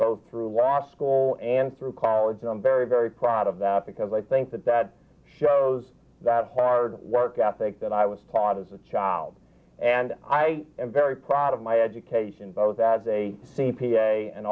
both through law school and through college and i'm very very proud of that because i think that that shows that hard work ethic that i was taught as a child and i am very proud of my education both as a c p a and